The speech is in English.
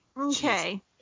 Okay